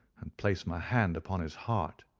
and placed my hand upon his heart.